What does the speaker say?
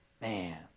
Man